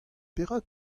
perak